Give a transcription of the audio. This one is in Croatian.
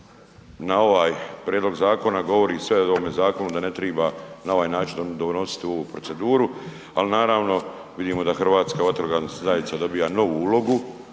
na ovaj prijedlog zakona govori sve o ovome zakonu da ne treba na ovaj način donositi ovu proceduru. Ali naravno, vidimo da Hrvatska vatrogasna zajednica dobiva novu ulogu,